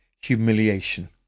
humiliation